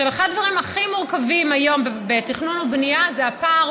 אחד הדברים הכי מורכבים היום בתכנון ובנייה זה הפער